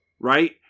right